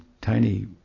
tiny